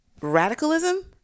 radicalism